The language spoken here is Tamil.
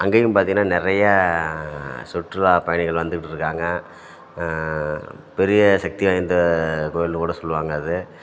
அங்கேயும் பார்த்தீங்கன்னா நிறைய சுற்றுலாப் பயணிகள் வந்துகிட்ருக்காங்க பெரிய சக்தி வாய்ந்த கோயில்னு கூட சொல்லுவாங்க அது